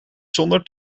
zonder